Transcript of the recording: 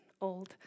old